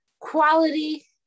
quality